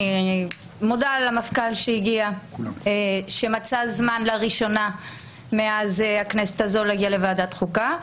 אני מודה למפכ"ל שמצא זמן לראשונה מאז הכנסת הזו להגיע לוועדת החוקה.